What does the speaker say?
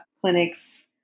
clinics